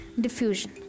diffusion